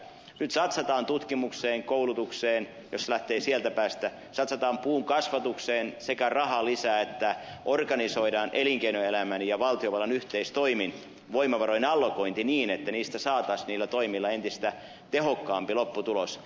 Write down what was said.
nyt satsataan tutkimukseen koulutukseen jos se lähtee sieltä päästä satsataan puun kasvatukseen sekä rahaa lisää että organisoidaan elinkeinoelämän ja valtiovallan yhteistoimin voimavarojen allokointi niin että niistä saataisiin niillä toimilla entistä tehokkaampi lopputulos